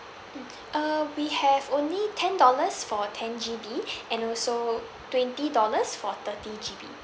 mm uh we have only ten dollars for ten G_B and also twenty dollars for thirty G_B